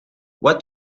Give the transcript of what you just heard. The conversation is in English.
what